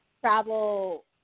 travel